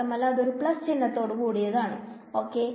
മാത്രമല്ല അത് ഒരു plus ചിന്നത്തോട് കൂടിയതാണ് ok